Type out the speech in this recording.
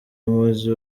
umuzi